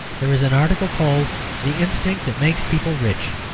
there is an article called the instinct that makes people rich.